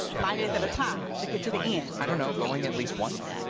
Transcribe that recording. ninety days at a time to get to the end. you know going at least once.